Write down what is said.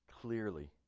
clearly